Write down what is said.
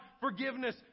forgiveness